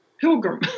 pilgrim